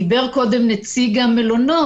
דיבר קודם נציג המלונות,